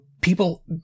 people